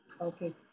Okay